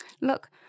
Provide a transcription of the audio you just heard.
Look